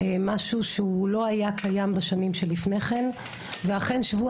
משהו שהוא לא היה קיים בשנים שלפי כן ואכן שבוע